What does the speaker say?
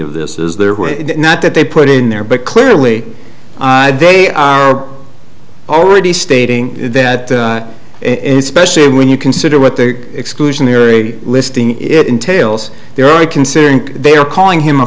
of this is there not that they put in there but clearly they are already stating that in especially when you consider what their exclusionary listing it entails there i considering they are calling him a